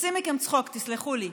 עושים מכם צחוק, תסלחו לי.